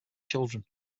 children